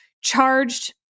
charged